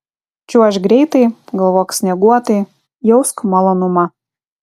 čiuožk greitai galvok snieguotai jausk malonumą